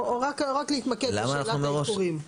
או רק להתמקד בשאלת האיחורים?